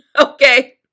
Okay